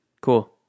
cool